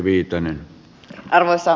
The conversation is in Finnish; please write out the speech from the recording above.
arvoisa puhemies